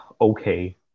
okay